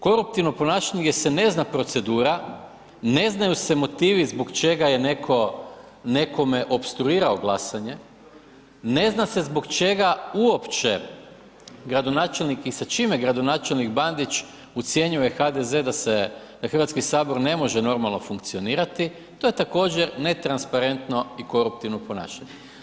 Koruptivno ponašanje gdje se ne zna procedura, ne znaju se motivi zbog čega je netko nekome opstruirao glasanje, ne zna se zbog čega uopće gradonačelnik i sa čime gradonačelnik Bandić ucjenjuje HDZ da se, da Hrvatski sabor ne može normalno funkcionirati, to je također netransparentno i koruptivno ponašanje.